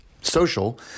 social